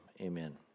amen